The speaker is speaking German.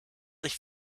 sich